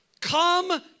come